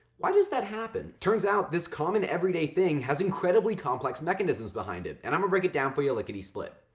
why does that happen? turns out, this common, everyday thing has incredibly complex mechanisms behind it, and i'mma break it down for you lickity split.